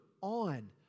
on